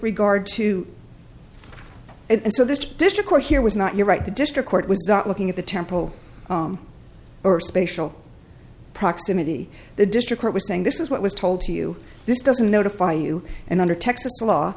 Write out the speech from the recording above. regard to it so this district court here was not your right the district court was not looking at the temple or spatial proximity the district court was saying this is what was told to you this doesn't notify you and under texas law